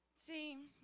See